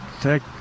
take